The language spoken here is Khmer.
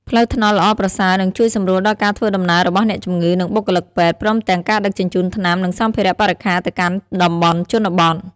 ផ្លូវថ្នល់ល្អប្រសើរ នឹងជួយសម្រួលដល់ការធ្វើដំណើររបស់អ្នកជំងឺ និងបុគ្គលិកពេទ្យ ព្រមទាំងការដឹកជញ្ជូនថ្នាំ និងសម្ភារៈបរិក្ខារទៅកាន់តំបន់ជនបទ។